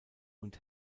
und